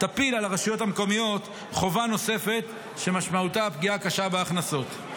יפיל על הרשויות המקומיות חובה נוספת שמשמעותה פגיעה קשה בהכנסות.